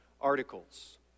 articles